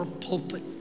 pulpit